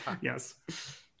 yes